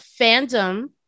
fandom